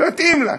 מתאים לה.